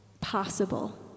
possible